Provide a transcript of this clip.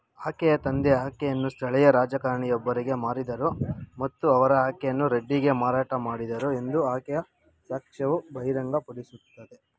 ಆಕೆಯ ತಂದೆ ಆಕೆಯನ್ನು ಸ್ಥಳೀಯ ರಾಜಕಾರಣಿಯೊಬ್ಬರಿಗೆ ಮಾರಿದರು ಮತ್ತು ಅವರು ಆಕೆಯನ್ನು ರೆಡ್ಡಿಗೆ ಮಾರಾಟ ಮಾಡಿದರು ಎಂದು ಆಕೆಯ ಸಾಕ್ಷ್ಯವು ಬಹಿರಂಗಪಡಿಸುತ್ತದೆ